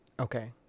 Okay